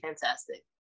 fantastic